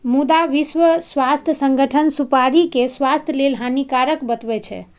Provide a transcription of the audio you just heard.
मुदा विश्व स्वास्थ्य संगठन सुपारी कें स्वास्थ्य लेल हानिकारक बतबै छै